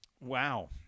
Wow